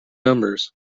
numbers